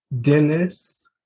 Dennis